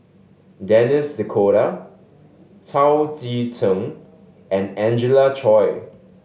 Denis D'Cotta Chao Tzee Cheng and Angelina Choy